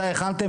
מתי הכנתם?